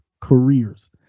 careers